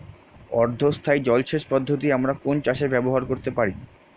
অর্ধ স্থায়ী জলসেচ পদ্ধতি আমরা কোন চাষে ব্যবহার করতে পারি?